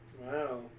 Wow